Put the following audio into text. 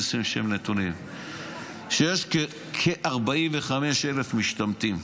איזשהם נתונים שיש כ-45,000 משתמטים,